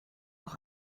noch